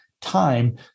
time